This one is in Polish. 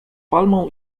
palmą